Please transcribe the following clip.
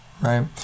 right